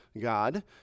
God